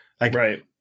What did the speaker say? Right